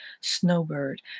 snowbird